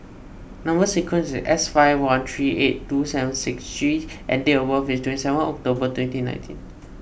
Number Sequence is S five one three eight two seven six G and date of birth is twenty seven October twenty nineteen